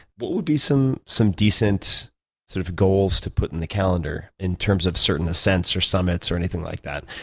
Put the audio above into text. what would be some some decent sort of goals to put on the calendar in terms of certain ascents or summits or anything like that?